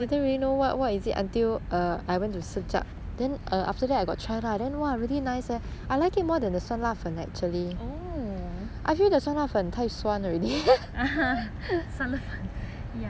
oh ha 酸辣粉 I think actually not everything suitable